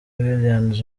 williams